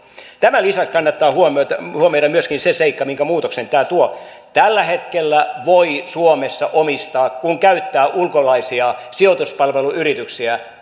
tämän lisäksi kannattaa huomioida huomioida myöskin se seikka minkä muutoksen tämä tuo tällä hetkellä suomessa kun käyttää ulkolaisia sijoituspalveluyrityksiä